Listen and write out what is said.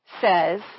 says